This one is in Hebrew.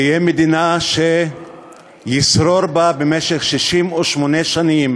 תהיה מדינה שישרור בה במשך 68 שנים